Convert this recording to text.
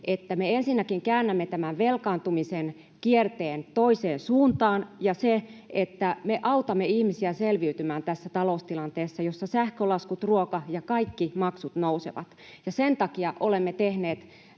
että me ensinnäkin käännämme tämän velkaantumisen kierteen toiseen suuntaan, ja se, että me autamme ihmisiä selviytymään tässä taloustilanteessa, jossa sähkölaskut, ruokalaskut ja kaikki maksut nousevat. Sen takia olemme tehneet